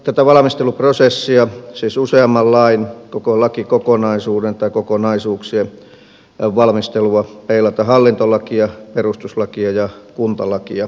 tätä valmisteluprosessia siis useamman lain koko lakikokonaisuuden tai kokonaisuuksien valmistelua voidaan peilata hallintolakia perustuslakia ja kuntalakia vasten